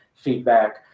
feedback